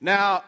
Now